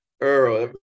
Earl